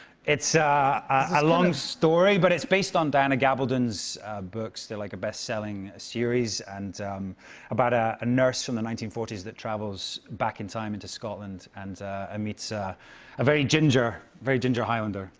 it's a a long story. but it's based on diana gabaldon's books. they're like a best-selling series and about a a nurse from the nineteen forty s that travels back in time into scotland and meets a a very ginger very ginger highlander.